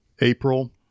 April